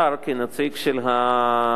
כנציג של הממשלה.